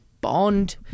bond